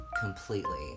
completely